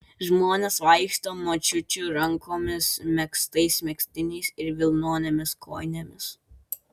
žmonės vaikšto močiučių rankomis megztais megztiniais ir vilnonėmis kojinėmis